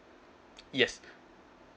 yes